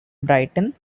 brighton